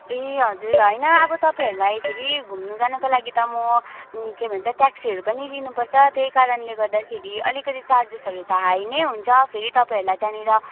ए हजुर होइन अब तपाईँहरूलाई फेरि घुम्नु जानुको लागि त म के भन्छ ट्याक्सीहरू पनि लिनुपर्छ त्यही कारणले गर्दाखेरि अलिकति चार्जेसहरू त हाई नै हुन्छ फेरि तपाईँहरूलाई त्यहाँनिर